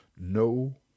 no